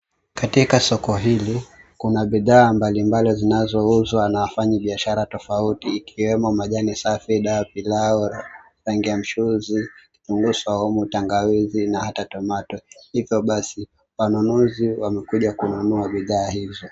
Katika soko hili kuna bidhaa mbalimbali zinazouzwa na wafanyi biashara tofauti, ikiwemo majani safi, dawa ya pilau, rangi ya mchuzi, mdosho wa umu, tangawizi na hata tomato. Hivyo basi wanunuzi wamekuja kununua bidhaa hizo.